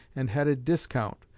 and headed discount,